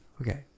Okay